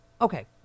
okay